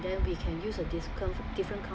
then we can use a different different kind